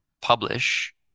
publish